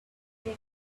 they